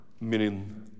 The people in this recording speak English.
meaning